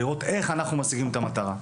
לראות איך אנחנו משיגים את המטרה.